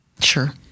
Sure